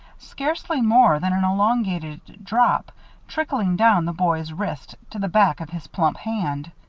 scarcely more than an elongated drop trickling down the boy's wrist to the back of his plump hand.